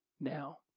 now